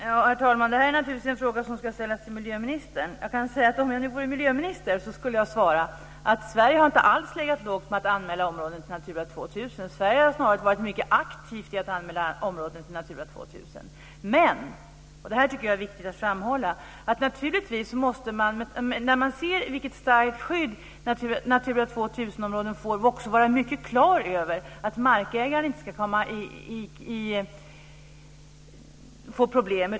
Herr talman! Det är naturligtvis en fråga som ska ställas till miljöministern. Om jag vore miljöminister skulle jag svara att Sverige inte alls har legat lågt med att anmäla områden till Natura 2000. Sverige har snarare varit mycket aktivt i att anmäla områden till Natura 2000. Men - och det är viktigt att framhålla - man måste, när man ser vilket starkt skydd Natura 2000-områden får, också ha det klart och se till att markägaren inte ska få problem.